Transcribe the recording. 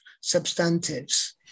substantives